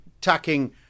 tacking